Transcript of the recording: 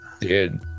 Dude